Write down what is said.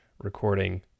recording